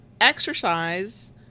exercise